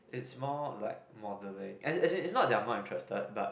it's more like more modelling as is it's not that I'm not interested but